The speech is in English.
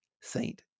Saint